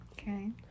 Okay